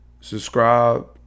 Subscribe